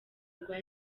rwa